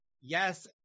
yes